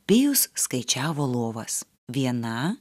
pijus skaičiavo lovas viena